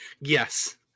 Yes